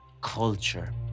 culture